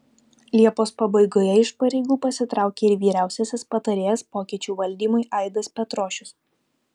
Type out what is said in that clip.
liepos pabaigoje iš pareigų pasitraukė ir vyriausiasis patarėjas pokyčių valdymui aidas petrošius